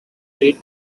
trade